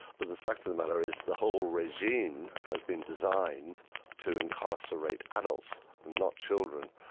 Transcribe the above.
but the fact of the matter is the whole regime has been designed to incarcerate adults, not children,